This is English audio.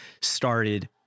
started